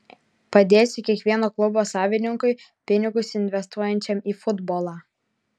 padėsiu kiekvieno klubo savininkui pinigus investuojančiam į futbolą